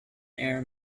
air